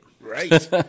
Right